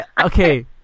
Okay